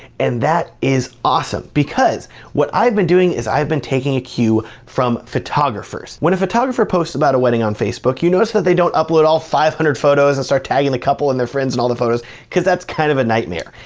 and that is awesome because what i've been doing is i've been taking a cue from photographers. when a photographer posts about a wedding on facebook, you notice that they don't upload all five hundred photos and start tagging the couple and their friends in and all their photos cause that's kind of a nightmare.